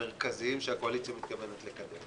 המרכזיים שהקואליציה מתכוונת לקדם